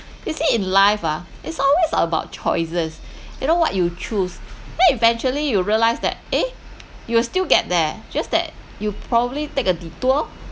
you see in life ah it's always about choices you know what you choose then eventually you realised that eh you will still get there just that you probably take a detour